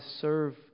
serve